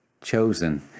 chosen